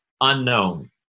unknown